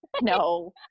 no